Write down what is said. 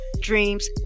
dreams